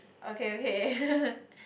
okay okay